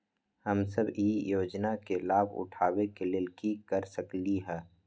हम सब ई योजना के लाभ उठावे के लेल की कर सकलि ह?